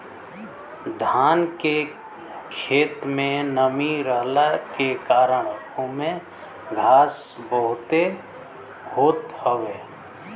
धान के खेत में नमी रहला के कारण ओमे घास बहुते होत हवे